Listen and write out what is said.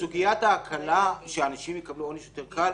סוגיית ההקלה שאנשים יקבלו עונש יותר קל,